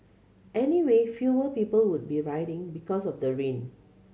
anyway fewer people would be riding because of the rain